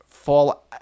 fall